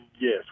Yes